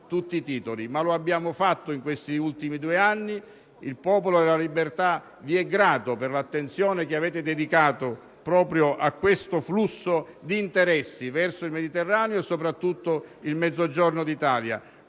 tutti i titoli. Lo abbiamo fatto in questi ultimi due anni. Il Popolo della Libertà le è grato per l'attenzione dedicata proprio a questo flusso di interessi verso il Mediterraneo e, soprattutto, il Mezzogiorno d'Italia.